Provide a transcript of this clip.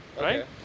right